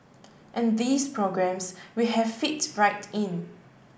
and these programmes we have fit right in